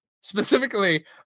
specifically